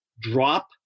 drop